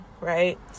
right